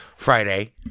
Friday